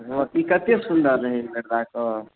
ई कतेक सुन्दर रहै देखलासँ